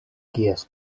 kies